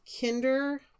kinder